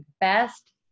best